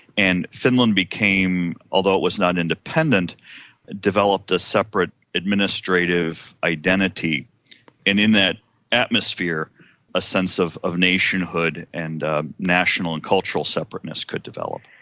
and finland became although it was not independent developed a separate administrative identity, and in that atmosphere a sense of of nationhood and ah national and cultural separateness could develop.